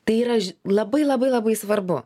tai yra labai labai labai svarbu